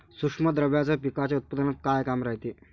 सूक्ष्म द्रव्याचं पिकाच्या उत्पन्नात का काम रायते?